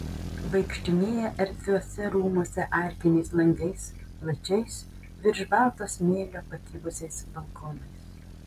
vaikštinėja erdviuose rūmuose arkiniais langais plačiais virš balto smėlio pakibusiais balkonais